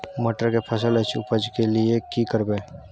मटर के फसल अछि उपज के लिये की करबै?